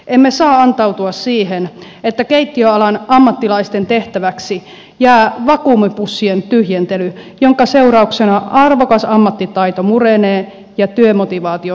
emme saa antautua siihen että keittiöalan ammattilaisten tehtäväksi jää vakuumipussien tyhjentely jonka seurauksena arvokas ammattitaito murenee ja työmotivaatio heikkenee